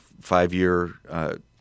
five-year